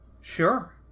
Sure